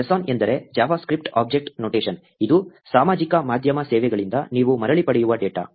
JSON ಎಂದರೆ JavaScript object notation ಇದು ಸಾಮಾಜಿಕ ಮಾಧ್ಯಮ ಸೇವೆಗಳಿಂದ ನೀವು ಮರಳಿ ಪಡೆಯುವ ಡೇಟಾ